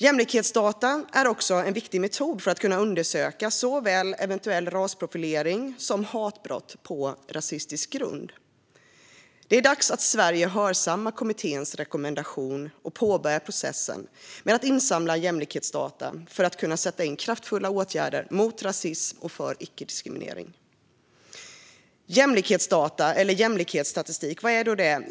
Jämlikhetsdata är också en viktig metod för att kunna undersöka såväl eventuell rasprofilering som hatbrott på rasistisk grund. Det är dags att Sverige hörsammar kommitténs rekommendation och påbörjar processen med att insamla jämlikhetsdata för att kunna sätta in kraftfulla åtgärder mot rasism och för icke-diskriminering. Jämlikhetsdata eller jämlikhetsstatistik - vad är då det?